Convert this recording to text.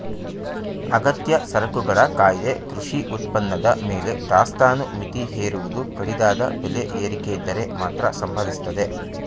ಅಗತ್ಯ ಸರಕುಗಳ ಕಾಯ್ದೆ ಕೃಷಿ ಉತ್ಪನ್ನದ ಮೇಲೆ ದಾಸ್ತಾನು ಮಿತಿ ಹೇರುವುದು ಕಡಿದಾದ ಬೆಲೆ ಏರಿಕೆಯಿದ್ದರೆ ಮಾತ್ರ ಸಂಭವಿಸ್ತದೆ